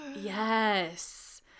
Yes